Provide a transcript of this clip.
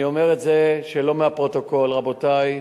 אני אומר את זה שלא מהפרוטוקול, רבותי,